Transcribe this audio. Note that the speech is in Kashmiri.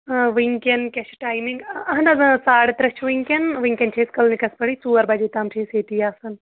وٕنکٮ۪ن کیاہ چھُ ٹایمِنٛگ اہن حظ ساڑٕ ترٛےٚ چھُ وٕنکٮ۪ن وٕنکٮ۪ن چھِ أسۍ کٕلنِکَس پٮ۪ٹھٕے ژور بَجے تام چھِ أسۍ ییٚتی آسان